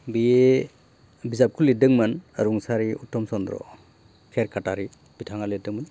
बे बिजाबखौ लिरदोंमोन रुंसारि उत्तम चद्र खेरखातारि बिथाङा लिरदोंमोन